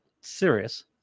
serious